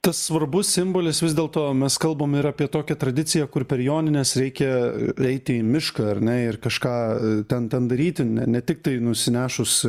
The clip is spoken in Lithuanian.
tas svarbus simbolis vis dėlto mes kalbame ir apie tokią tradiciją kur per jonines reikia eiti į mišką ar ne ir kažką ten ten daryti ne tiktai nusinešus